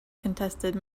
contested